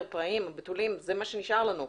פראיים והבתוליים כי זה מה שנשאר לנו.